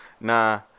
Nah